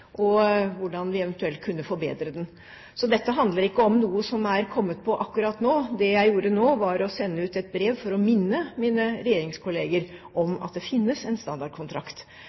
og hvordan vi eventuelt kunne forbedre den. Så dette handler ikke om noe som er kommet på akkurat nå. Det jeg gjorde nå, var å sende ut et brev for å minne mine regjeringskolleger om at det finnes en standardkontrakt.